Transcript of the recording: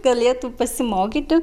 galėtų pasimokyti